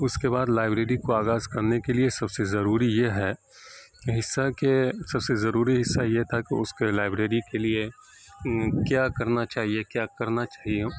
اس کے بعد لائبریری کو آغاز کرنے کے لیے سب سے ضروری یہ ہے کہ حصہ کے سب سے ضروری حصہ یہ تھا کہ اس کے لائبریری کے لیے کیا کرنا چاہیے کیا کرنا چاہیے